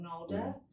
older